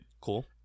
Cool